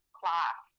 class